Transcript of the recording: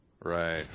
right